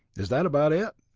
is that about it?